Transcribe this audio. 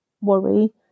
worry